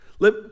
Let